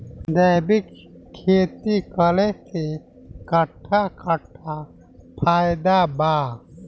जैविक खेती करे से कट्ठा कट्ठा फायदा बा?